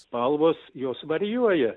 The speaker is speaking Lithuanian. spalvos jos varijuoja